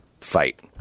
fight